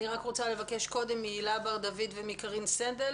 קודם אני רוצה לבקש מהילה בר דוד וקארין סנדל